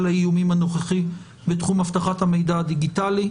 האיומים הנוכחי בתחום אבטחת המידע הדיגיטלי,